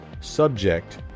Subject